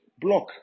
Block